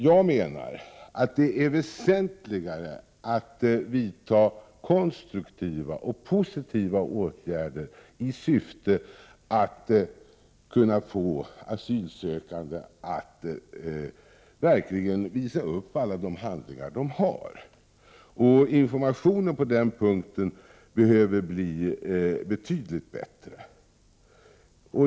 Jag menar att det är väsentligt att vidta konstruktiva och positiva åtgärder i syfte att kunna få asylsökande att verkligen visa upp alla de handlingar de har. Informationen på den punkten behöver bli betydligt bättre.